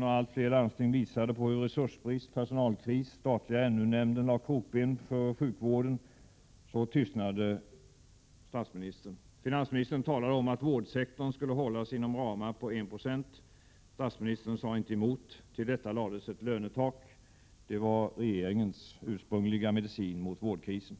När allt fler landsting visade hur resursbrist, personalkris och den statliga NUU-nämnden lade krokben för sjukvården tystnade statsministern. Fi nansministern talade om att vårdsektorn skulle hålla sig inom ramar på 1 96. Statsministern sade inte emot. Till detta lades ett lönetak. Det var regeringens ursprungliga medicin mot vårdkrisen.